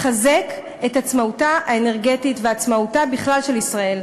לחזק את עצמאותה האנרגטית ועצמאותה בכלל של ישראל.